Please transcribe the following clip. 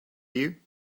you